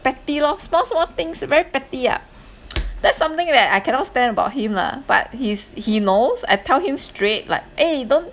petty lor small small things very petty ah that's something that I cannot stand about him lah but he's he knows I tell him straight like eh don't